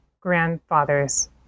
grandfather's